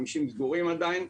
50 מלונות סגורים עדיין.